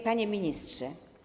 Panie Ministrze!